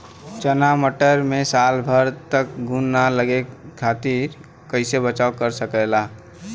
चना मटर मे साल भर तक घून ना लगे ओकरे खातीर कइसे बचाव करल जा सकेला?